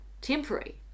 temporary